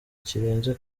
kirenze